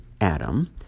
Adam